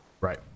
Right